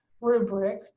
rubric